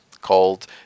called